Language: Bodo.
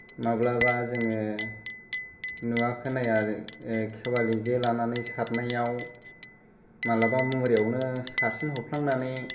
माब्लाबा जोङो नुवा खोनाया खेवालि जे लानानै सारनायाव मालाबा मुरायावनो सारसिनहरफ्लांनानै